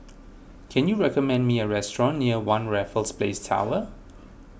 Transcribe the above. can you recommend me a restaurant near one Raffles Place Tower